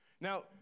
Now